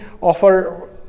offer